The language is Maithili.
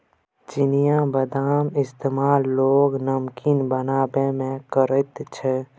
चिनियाबदामक इस्तेमाल लोक नमकीन बनेबामे करैत छै